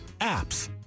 APPS